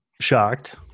shocked